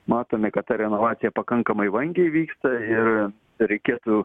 matome kad ta renovacija pakankamai vangiai vyksta ir reikėtų